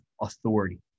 authority